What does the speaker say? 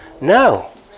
No